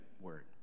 word